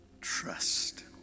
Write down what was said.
trust